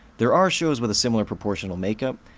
there are shows with a similar proportional makeup,